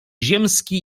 ziemski